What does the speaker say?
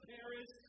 Paris